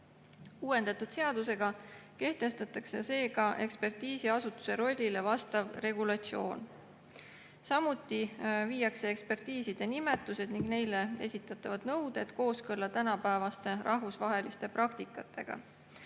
Uuendatud seadusega kehtestatakse seega ekspertiisiasutuse rollile vastav regulatsioon. Samuti viiakse ekspertiiside nimetused ning neile esitatavad nõuded kooskõlla tänapäevase rahvusvahelise praktikaga.